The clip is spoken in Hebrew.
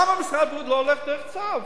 לא הולך לצו?